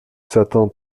satan